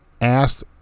asked